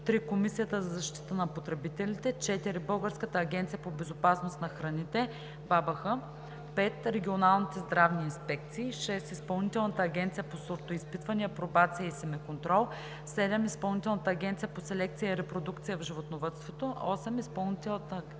3. Комисията за защита на потребителите; 4. Българската агенция по безопасност на храните (БАБХ); 5. регионалните здравни инспекции; 6. Изпълнителната агенция по сортоизпитване, апробация и семеконтрол; 7. Изпълнителната агенция по селекция и репродукция в животновъдството; 8. Изпълнителната агенция по лозата и виното.